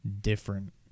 different